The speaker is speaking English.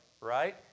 right